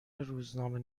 روزنامه